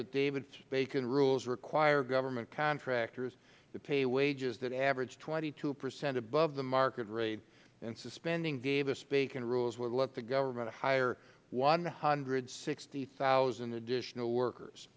that davis bacon rules require government contractors to pay wages that average twenty two percent above the market rate and suspending davis bacon rules would let the government hire one hundred and sixty thousand additional workers